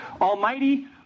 Almighty